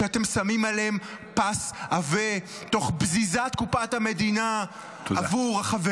שאתם שמים עליהם פס עבה תוך בזיזת קופת המדינה -- תודה.